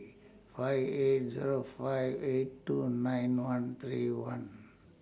five eight Zero five eight two nine one three one